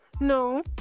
No